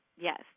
yes